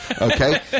Okay